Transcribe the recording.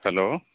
hello